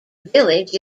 village